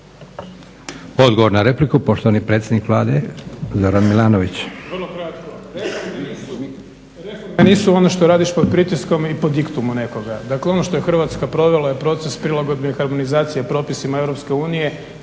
Odgovor na repliku, poštovani predsjednik Vlade Zoran Milanović.